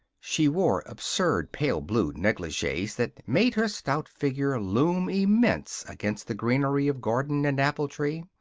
she wore absurd pale-blue negligees that made her stout figure loom immense against the greenery of garden and apple tree.